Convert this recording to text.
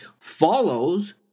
follows